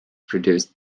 produced